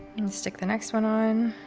stick the next one on,